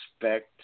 expect